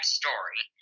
story